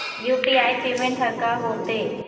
UPI payment हर का होते?